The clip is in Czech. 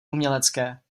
umělecké